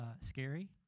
scary